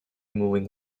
moving